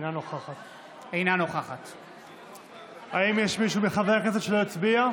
אינה נוכחת האם יש מישהו מחברי הכנסת שלא הצביע?